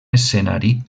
escenari